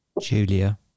Julia